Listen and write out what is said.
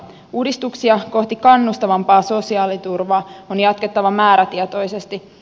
uudistuksia kohti kannustavampaa sosiaaliturvaa on jatkettava määrätietoisesti